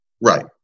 Right